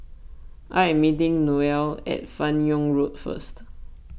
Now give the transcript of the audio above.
I am meeting Noelle at Fan Yoong Road first